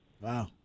Wow